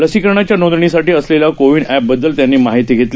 लसीकरणाच्यानोंदणीसाठीअसलेल्याकोविडएपबददलत्यांनीमाहितीघेतली